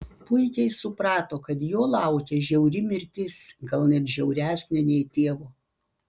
puikiai suprato kad jo laukia žiauri mirtis gal net žiauresnė nei tėvo